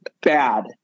bad